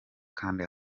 kandi